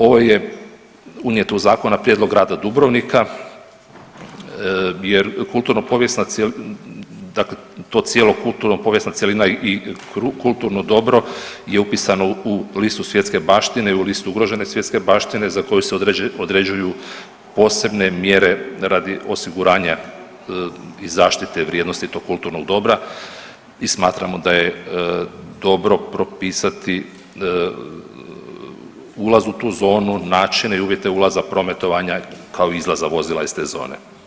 Ovo je unijeto u zakon na prijedlog grada Dubrovnika jer ta cijela kulturno povijesna cjelina i kulturno dobro je upisano u listu svjetske baštine i u listu ugrožene svjetske baštine za koje se određuju posebne mjere radi osiguranja i zaštite vrijednosti tog kulturnog dobra i smatramo da je dobro propisati ulaz u tu zonu, načine i uvjete ulaza, prometovanja kao i izlaza vozila iz te zone.